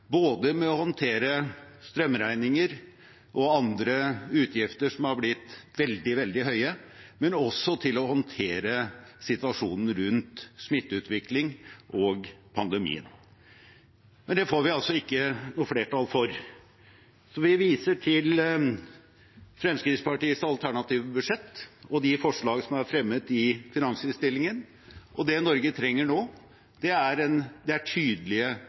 med å håndtere strømregninger og andre utgifter som har blitt veldig, veldig høye, men også til å håndtere situasjonen rundt smitteutvikling og pandemien. Men det får vi altså ikke noe flertall for. Så vi viser til Fremskrittspartiets alternative budsjett og de forslag som er fremmet i finansinnstillingen. Det Norge trenger nå, er tydelige budsjettvedtak, tydelige prioriteringer, en